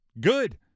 good